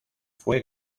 fue